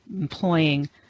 employing